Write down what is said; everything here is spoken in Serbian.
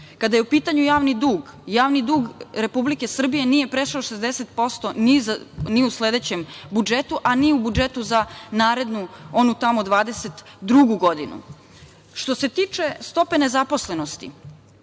je u pitanju javni dug, javni dug Republike Srbije nije prešao 60% ni u sledećem budžetu, a ni u budžetu za narednu, onu tamo 2022. godinu. Što se tiče stope nezaposlenosti,